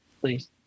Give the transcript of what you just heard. Please